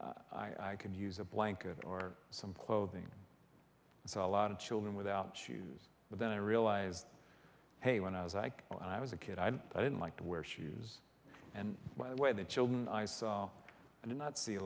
hungry i could use a blanket or some clothing so a lot of children without shoes but then i realized hey when i was i when i was a kid i didn't like to wear shoes and by the way the children i saw i did not see a